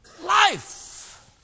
life